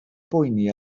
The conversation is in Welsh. boeni